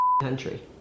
country